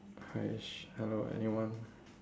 !hais! hello anyone